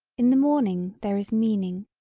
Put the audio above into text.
in the morning there is meaning,